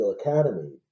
academy